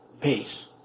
Peace